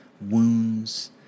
wounds